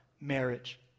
marriage